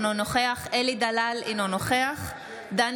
אינו נוכח אלי דלל,